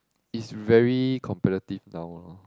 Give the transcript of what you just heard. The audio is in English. is very competitive now lor